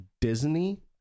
Disney